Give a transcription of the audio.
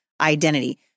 identity